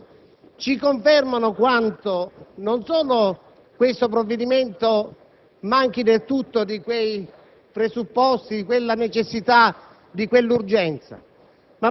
all'esame degli articoli, non solo perché l'ampio dibattito, le controdeduzioni della relatrice e infine l'intervento del vice ministro Bastico